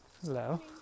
Hello